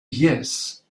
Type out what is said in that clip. yes